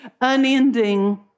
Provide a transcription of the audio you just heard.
unending